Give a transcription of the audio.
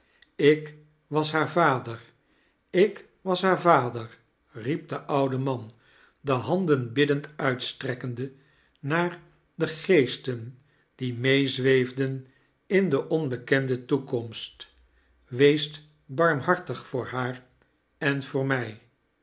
ik was haar vader ik was haar vader riep de oude man de handen biddend uitstrekkende naar de geesten die mee zweefden in de onbekende toekomst weest baxmhartig voor haar en voor mij